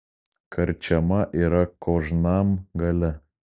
karčiama yra kožnam gale